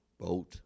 Vote